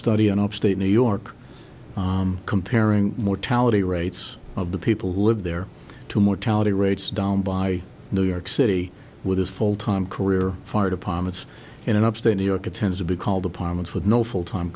study in upstate new york comparing mortality rates of the people who live there to mortality rates down by new york city with his full time career fire departments in upstate new york it tends to be called apartments with no full time